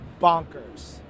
bonkers